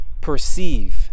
perceive